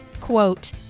quote